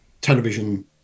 television